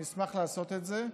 אני אשמח לעשות את זה.